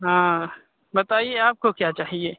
हाँ बताइए आप को क्या चाहिए